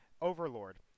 Overlord